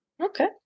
Okay